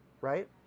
right